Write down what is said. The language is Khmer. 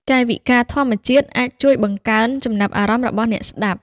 កាយវិការធម្មជាតិអាចជួយបង្កើនចំណាប់អារម្មណ៍របស់អ្នកស្តាប់។